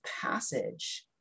passage